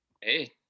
hey